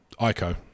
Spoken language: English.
Ico